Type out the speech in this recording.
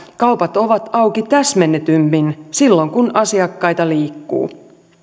kaupat ovat auki täsmennetymmin silloin kun asiakkaita liikkuu